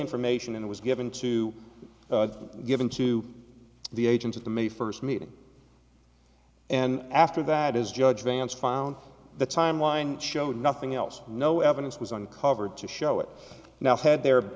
information and was given to them given to the agents at the may first meeting and after that is judge vance found the time line showed nothing else no evidence was uncovered to show it now had there